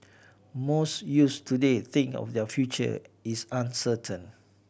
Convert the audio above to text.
most youth today think of their future is uncertain